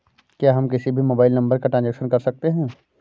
क्या हम किसी भी मोबाइल नंबर का ट्रांजेक्शन कर सकते हैं?